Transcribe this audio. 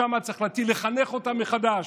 שם צריך לחנך אותה מחדש.